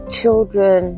children